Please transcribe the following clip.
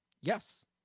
Yes